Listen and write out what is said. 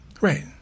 right